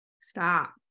Stop